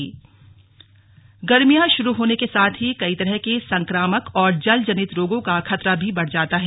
संक्रामक रोग गर्मियां शुरू होने के साथ ही कई तरह के संक्रामक और जल जनित रोगों का खतरा भी बढ़ जाता है